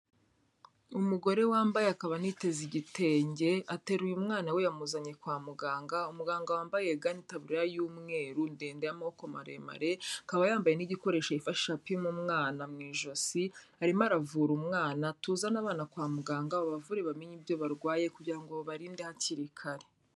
Umugore wambaye akaba aniteze igitenge, ateruye umwana we, yamuzanye kwa muganga, umuganga wambaye ga n'itaburiya y'umweru, ndende y'amaboko maremare, akaba yambaye n'igikoresho yifashisha apima umwana mu ijosi, arimo aravura umwana, tuzane abana kwa muganga, babavure bamenye ibyo barwaye kugira ngo babarinde hakiri kare.